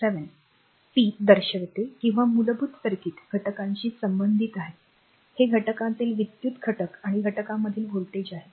7 P दर्शवते किंवा मूलभूत सर्किट घटकांशी संबंधित आहे हे घटकातील विद्युत् घटक आणि घटकांमधील व्होल्टेज आहे